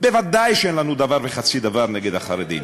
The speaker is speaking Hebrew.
ודאי שאין לנו דבר וחצי דבר נגד החרדים.